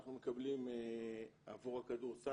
אנחנו מקבלים עבור הכדורסל,